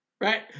right